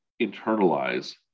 internalize